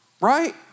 Right